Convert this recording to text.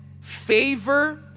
favor